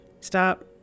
Stop